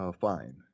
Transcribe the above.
fine